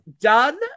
done